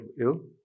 ill